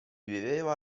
viveva